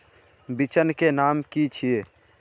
बिचन के नाम की छिये?